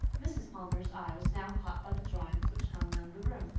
mrs. palmer's eye was now caught by the drawings which hung round the room.